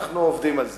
אנחנו עובדים על זה.